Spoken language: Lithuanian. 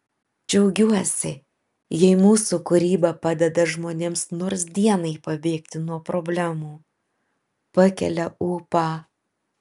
džiaugiuosi jei mūsų kūryba padeda žmonėms nors dienai pabėgti nuo problemų pakelia ūpą